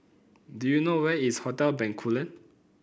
do you know where is Hotel Bencoolen